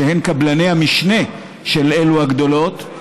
שהן קבלני המשנה של אלו הגדולות,